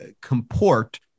comport